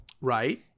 Right